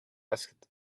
asked